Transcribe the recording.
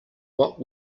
what